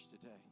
today